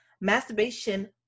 Masturbation